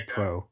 Pro